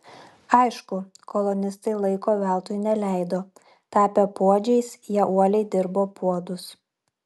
aišku kolonistai laiko veltui neleido tapę puodžiais jie uoliai dirbo puodus